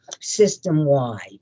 system-wide